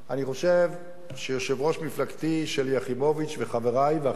אני חושב שיושבת-ראש מפלגתי שלי יחימוביץ וחברי ואחרים